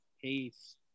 Peace